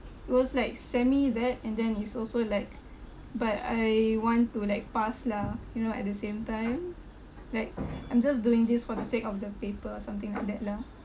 it was like semi that and then is also like but I want to like pass lah you know at the same time like I'm just doing this for the sake of the paper or something like that lah